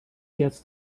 gets